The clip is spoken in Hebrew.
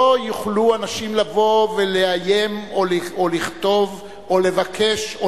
לא יוכלו אנשים לבוא ולאיים או לכתוב או לבקש או